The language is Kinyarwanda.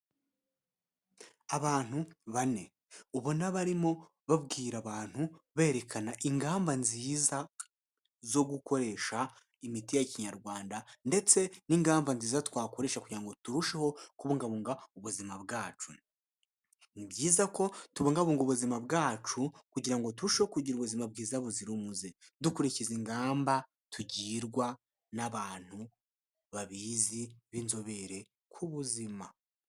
Abantu bane, ubona barimo babwira abantu berekana ingamba nziza zo gukoresha imiti ya kinyarwanda, ndetse n'ingamba nziza twakoresha kugira ngo turusheho kubungabunga ubuzima bwacu, ni byiza ko tubungabunga ubuzima bwacu kugira ngo turusheho kugira ubuzima bwiza buzira umuze, dukurikiza ingamba tugirwa n'abantu babizi b'inzobere ku buzima.